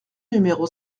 numéro